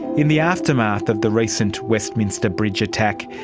in the aftermath of the recent westminster bridge attack,